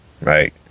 right